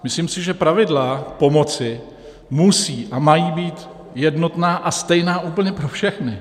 Myslím si, že pravidla pomoci musí a mají být jednotná a stejná úplně pro všechny.